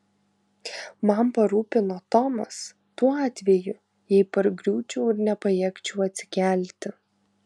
man parūpino tomas tuo atveju jei pargriūčiau ir nepajėgčiau atsikelti